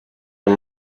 ein